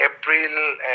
April